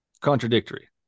Contradictory